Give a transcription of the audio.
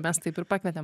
mes taip ir pakvietėm